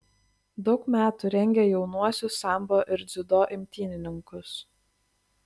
daug metų rengė jaunuosius sambo ir dziudo imtynininkus